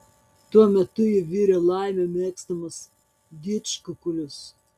tuo metu ji virė laimio mėgstamus didžkukulius